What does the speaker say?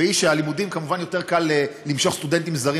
והיא שהלימודים כמובן יותר קל למשוך סטודנטים זרים